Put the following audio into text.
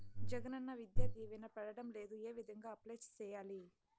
జగనన్న విద్యా దీవెన పడడం లేదు ఏ విధంగా అప్లై సేయాలి